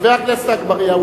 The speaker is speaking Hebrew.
חבר הכנסת אגבאריה.